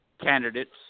candidates